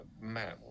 Matt